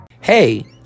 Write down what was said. Hey